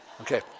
okay